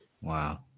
Wow